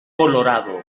colorado